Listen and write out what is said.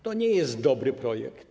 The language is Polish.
To nie jest dobry projekt.